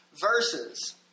verses